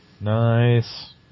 Nice